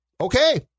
okay